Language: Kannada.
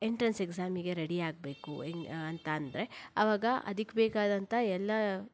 ಎಂಟ್ರೆನ್ಸ್ ಎಕ್ಸಾಮಿಗೆ ರೆಡಿ ಆಗಬೇಕು ಅಂತ ಅಂದರೆ ಆವಾಗ ಅದಕ್ಕೆ ಬೇಕಾದಂಥ ಎಲ್ಲ